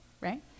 right